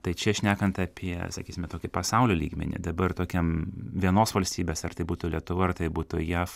tai čia šnekant apie sakysime tokį pasaulio lygmenį dabar tokiam vienos valstybės ar tai būtų lietuva ar tai būtų jav